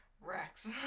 Rex